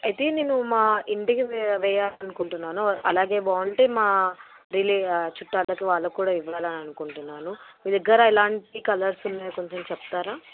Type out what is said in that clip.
అదే నేను మా ఇంటికి వేయా వేయాలి అనుకుంటున్నాను అలాగే బాగుంటే మా రిలే చుట్టాలకు వాళ్ళకు కూడా ఇవ్వాలి అనుకుంటున్నాను మీ దగ్గర ఎలాంటి కలర్స్ ఉన్నాయి కొంచెం చెప్తారా